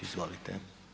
Izvolite.